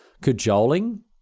cajoling